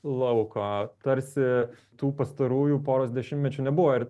lauko tarsi tų pastarųjų poros dešimtmečių nebuvo ir